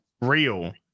real